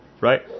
right